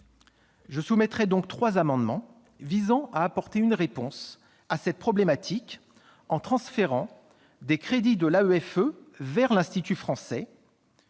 Je soumettrai donc trois amendements visant à apporter une réponse à cette problématique par le transfert des crédits de l'AEFE vers l'Institut français,